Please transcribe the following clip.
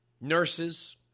nurses